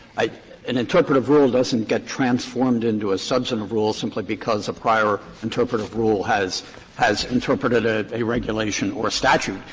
i an interpretative rule doesn't get transformed into a substantive rule simply because a prior interpretative rule has has interpreted a a regulation or a statute.